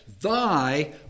thy